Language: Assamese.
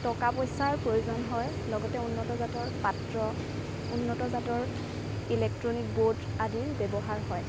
টকা পইচাৰ প্ৰয়োজন হয় লগতে উন্নত জাতৰ পাত্ৰ উন্নত জাতৰ ইলেক্ট্ৰ'নিক ব'ৰ্ড আদিৰ ব্যৱহাৰ হয়